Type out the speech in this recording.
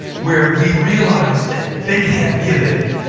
where we realize that they can't give it.